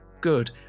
good